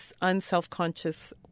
unselfconscious